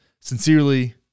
sincerely